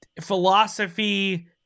philosophy